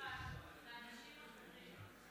יצחק, זה אנשים אחרים.